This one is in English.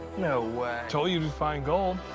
no way. told you we'd find gold.